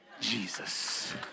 Jesus